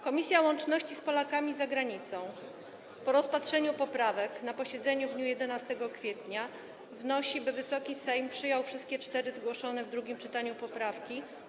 Komisja Łączności z Polakami za Granicą po rozpatrzeniu poprawek na posiedzeniu w dniu 11 kwietnia wnosi, by Wysoki Sejm przyjął wszystkie cztery zgłoszone w drugim czytaniu poprawki.